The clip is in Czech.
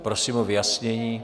Prosím o vyjasnění.